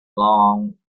long